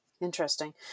Interesting